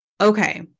Okay